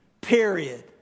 period